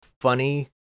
funny